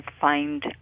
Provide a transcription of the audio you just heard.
find